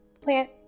plant-